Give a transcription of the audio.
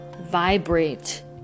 vibrate